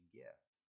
gift